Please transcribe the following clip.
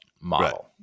model